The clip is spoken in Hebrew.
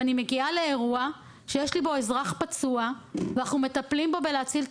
אני מגיעה לאירוע שיש לי בו אזרח פצוע ואנחנו מטפלים בו במטרה להציל את